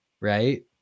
right